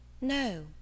No